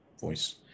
voice